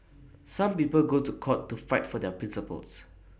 some people go to court to fight for their principles